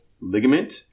ligament